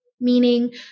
Meaning